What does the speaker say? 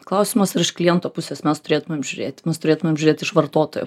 klausimas ar iš kliento pusės mes turėtumėm žiūrėti mus turėtumėm žiūrėt iš vartotojo